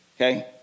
okay